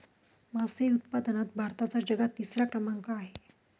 मासे उत्पादनात भारताचा जगात तिसरा क्रमांक आहे